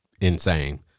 insane